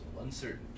uncertain